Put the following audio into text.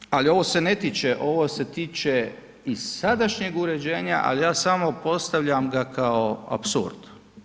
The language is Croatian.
Treće, ali ovo se ne tiče, ovo se tiče i sadašnjeg uređenja ali ja samo postavljam ga kao apsurd.